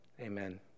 Amen